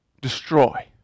destroy